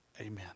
Amen